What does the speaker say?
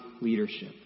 leadership